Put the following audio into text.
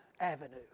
avenue